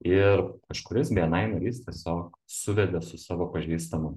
ir kažkuris bni narys tiesiog suvedė su savo pažįstamu